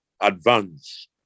advance